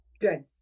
Good